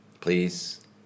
please